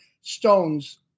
stones